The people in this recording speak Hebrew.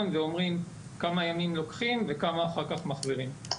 ואומרים כמה ימים לוקחים וכמה אחר כך מחזירים.